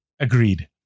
Agreed